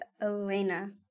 Elena